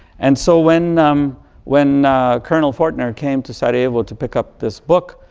and so, when um when colonel fortner came to sarajevo to pick up this book,